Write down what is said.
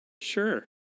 sure